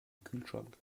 kühlschrank